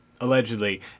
Allegedly